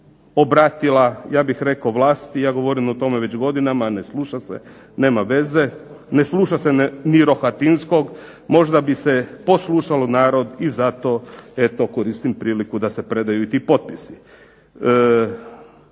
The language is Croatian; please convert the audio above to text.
obratila vlasti, ja govorim o tome već godinama, a ne sluša se, nema veze. Ne sluša se ni Rohatinskog, možda bi se poslušalo narod pa zato koristim priliku da se predaju i ti potpisi.